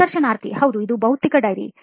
ಸಂದರ್ಶನಾರ್ಥಿ ಹೌದು ಇದು ಭೌತಿಕ ಡೈರಿ